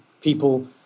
people